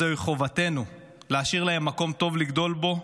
זוהי חובתנו להשאיר להם מקום טוב לגדול בו.